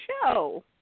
show